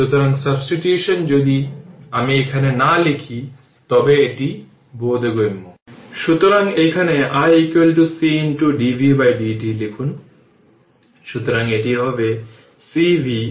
সুতরাং এটি এখানে i t এর প্লট t 0 তাই i t হল এই ইনিশিয়াল ভ্যালুটি যা I0 এবং এটি ডিকে হয় এবং এটি লেখা হয় I0 t τ এবং τ L R এটি সার্কিটের সময় কনস্ট্যান্ট